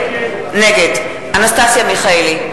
נגד אנסטסיה מיכאלי,